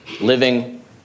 living